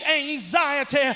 anxiety